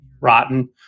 rotten